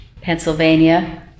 Pennsylvania